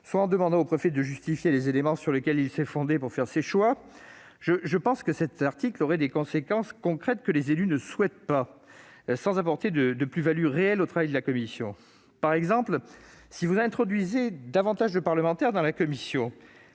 ou en demandant au préfet de justifier les éléments sur lesquels le préfet s'est fondé pour faire ses choix. Je pense que cet article aurait des conséquences concrètes que les élus ne souhaitent pas, sans apporter de plus-value réelle au travail de la commission. Par exemple, introduire davantage de parlementaires dans la commission